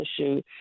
issue